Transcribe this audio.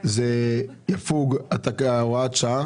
תוקף הוראת השעה